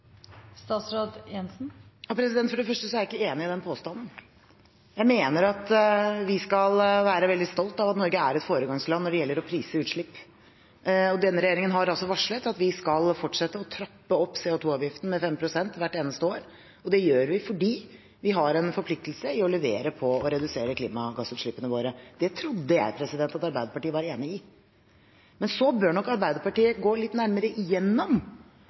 For det første er jeg ikke enig i den påstanden. Jeg mener vi skal være veldig stolt over at Norge er et foregangsland når det gjelder å prise utslipp. Denne regjeringen har varslet at vi skal fortsette å trappe opp CO 2 -avgiften med 5 pst. hvert eneste år. Det gjør vi fordi vi har en forpliktelse i å levere på å redusere klimagassutslippene våre. Det trodde jeg Arbeiderpartiet var enig i. Men så bør nok Arbeiderpartiet gå litt nærmere gjennom